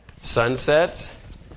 Sunsets